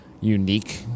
unique